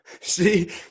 See